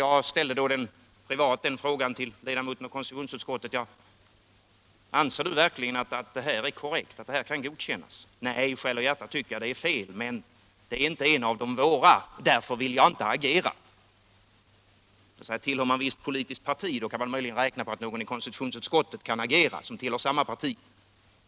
Jag ställde då privat frågan till denne tidigare ledamot av konstitutionsutskottet: Anser den verkligen att det här är korrekt, att detta kan godkännas? — Nej, i själ och hjärta tycker jag det är fel, men det är inte en av de våra, därför vill jag inte agera. Tillhör man ett visst politiskt parti kan man alltså möjligen räkna på att någon i konstitutionsutskottet som tillhör samma parti skall agera.